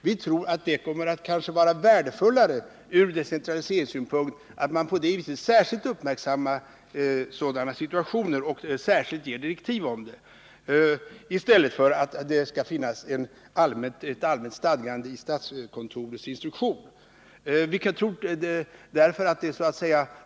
Vi tror att det kanske kommer att vara värdefullare ur decentraliseringssynpunkt att man på det viset särskilt uppmärksammar sådana situationer och då ger särskilda direktiv.